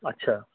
اچھا